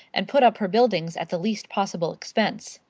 and put up her building at the least possible expense.